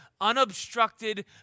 unobstructed